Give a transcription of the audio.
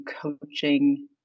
coaching